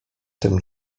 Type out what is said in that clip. tym